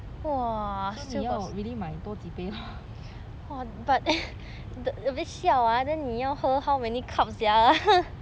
so 你要 really 买多几杯 loh